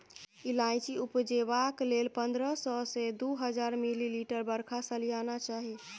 इलाइचीं उपजेबाक लेल पंद्रह सय सँ दु हजार मिलीमीटर बरखा सलियाना चाही